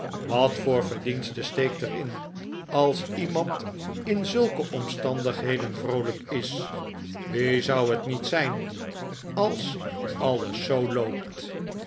wat voor verdienste steekt er in als iemand in zulke omstandigheden vroolijk is wie zou het niet zijn als alles zoo loopt